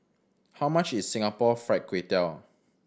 how much is Singapore Fried Kway Tiao